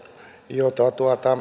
joita